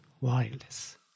wireless